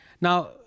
Now